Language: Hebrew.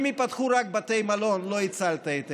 אם ייפתחו רק בתי מלון לא הצלת את אילת.